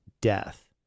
death